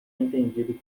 entendido